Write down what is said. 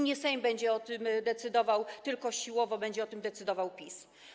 Nie Sejm będzie o tym decydował, tylko siłowo będzie o tym decydował PiS.